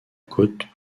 côte